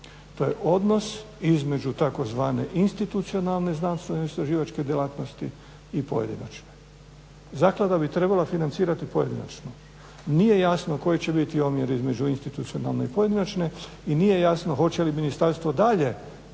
To je odnos između tzv. institucionalne znanstvene istraživačke djelatnosti i pojedinačne. Zaklada bi trebala financirati pojedinačno, nije jasno koji će biti omjer između institucionalne i pojedinačne i nije jasno hoće li ministarstvo dalje,